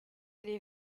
les